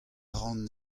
ran